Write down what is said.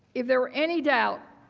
if there's any doubt,